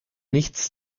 nichts